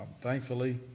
thankfully